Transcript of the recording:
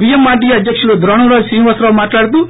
విఎంఆర్గిఏ అధ్యకులు ద్రోణంరాజు శ్రీనివాసరావు మాట్లాడుతూ